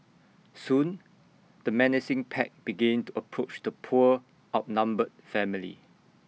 soon the menacing pack begin to approach the poor outnumbered family